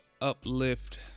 uplift